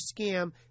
scam